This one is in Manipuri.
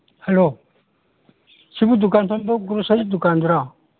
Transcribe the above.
ꯍꯂꯣ ꯁꯤꯕꯨ ꯗꯨꯀꯥꯟ ꯐꯝꯕ ꯒ꯭ꯔꯣꯁꯔꯤ ꯗꯨꯀꯥꯟꯗꯨꯔ